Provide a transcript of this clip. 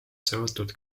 seotud